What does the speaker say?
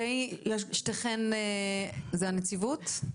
שתיכן זו הנציבות?